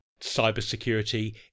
cybersecurity